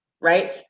right